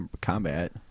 combat